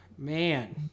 Man